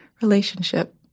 relationship